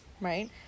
right